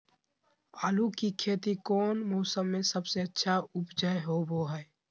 आलू की खेती कौन मौसम में सबसे अच्छा उपज होबो हय?